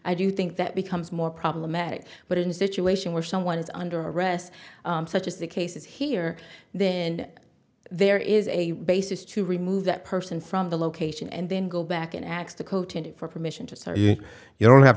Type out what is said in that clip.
i do think that becomes more problematic but in a situation where someone is under arrest such as the case is here then there is a basis to remove that person from the location and then go back in x the code for permission to sorry if you don't have